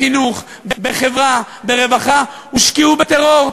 בחינוך, בחברה וברווחה, הושקעו בטרור.